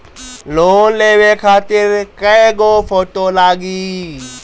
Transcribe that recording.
Loan लेवे खातिर कै गो फोटो लागी?